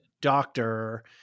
doctor